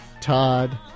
Todd